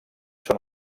són